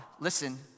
listen